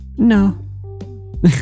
No